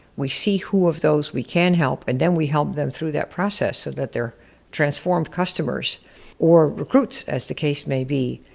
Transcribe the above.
we see who of those we can help and then we help them through that process, so that they're transformed customers or recruits as the case may be.